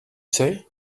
say